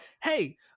Hey